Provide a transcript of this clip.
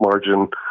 margin